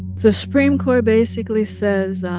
the supreme court basically says